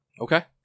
Okay